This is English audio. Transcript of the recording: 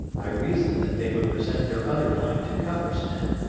i reasoned that they would present their other flank to cutler's men,